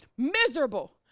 Miserable